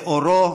לאורו